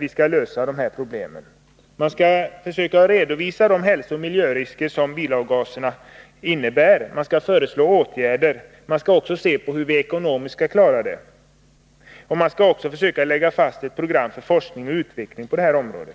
vi skall kunna lösa dessa problem. Kommittén skall också försöka redovisa de hälsooch miljörisker som bilavgaserna innebär, föreslå åtgärder samt studera hur vi ekonomiskt kan klara dessa åtgärder. Kommittén skall också försöka lägga fast ett program för forskning och utveckling på detta område.